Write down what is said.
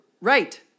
right